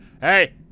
hey